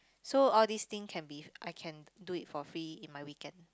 so all these thing can be I can do it for free in my weekend